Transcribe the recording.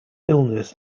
illness